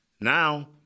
Now